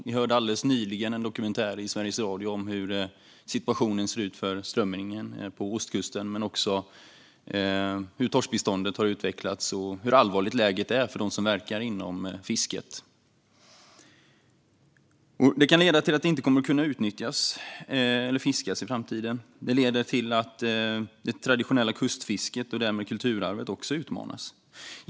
Vi hörde alldeles nyligen en dokumentär i Sveriges Radio om hur situationen ser ut för strömmingen på ostkusten men också hur torskbeståndet har utvecklats och hur allvarligt läget är för dem som verkar inom fisket. Det kan leda till att det inte kommer att kunna fiskas i framtiden. Detta leder till att det traditionella kustfisket och därmed kulturarvet också utmanas.